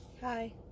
Hi